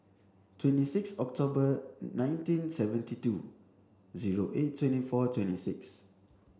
twenty six October nineteen seventy two zero eight twenty four twenty six